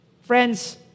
Friends